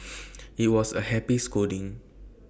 IT was A happy scolding